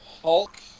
hulk